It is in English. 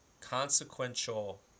consequential